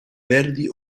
verdi